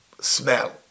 smell